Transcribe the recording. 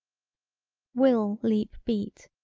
will leap beat,